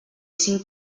cinc